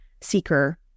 seeker